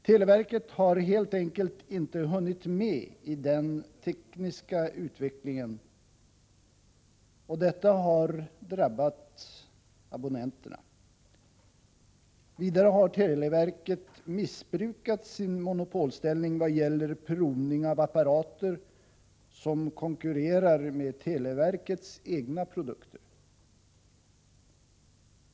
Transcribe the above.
Televerket har helt enkelt inte hunnit med i den tekniska utvecklingen, och detta har drabbat abonnenterna. Vidare har televerket missbrukat sin monopolställning vad gäller provning av apparater som konkurrerar med televerkets egna produkter.